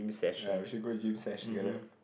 ya we should go gym sesh together